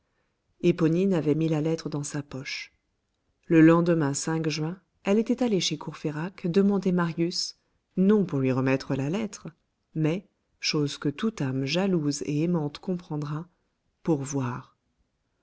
éponine avait mis la lettre dans sa poche le lendemain juin elle était allée chez courfeyrac demander marius non pour lui remettre la lettre mais chose que toute âme jalouse et aimante comprendra pour voir